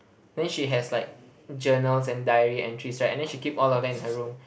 then she has like journals and diary entries right and then she keep all of them in her room